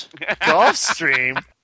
Gulfstream